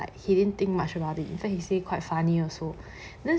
but he didn't think much about it in fact he say quite funny also then